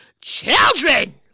children